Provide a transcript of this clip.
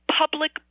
public